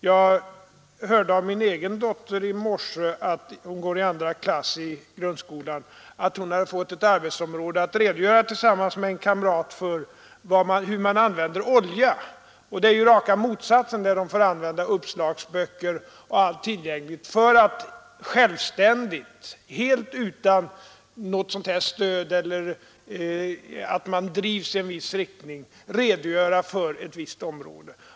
Jag hörde i morse av min egen dotter — hon går i årskurs 2 i grundskolan — att hon tillsammans med en kamrat fått ett arbetsområde och skulle redogöra för hur man använder olja. De får då använda uppslagsböcker och annat tillgängligt material för att självständigt — helt utan något sådant här stöd och utan att drivas i en viss riktning — redogöra för ett visst arbetsområde.